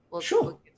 Sure